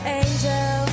angel